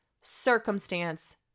circumstance